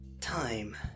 Time